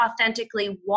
authentically